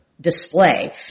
display